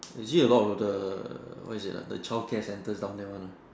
you see a lot of the what is it lah the childcare centers down there one lah